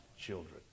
children